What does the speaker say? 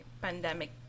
pandemic